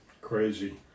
Crazy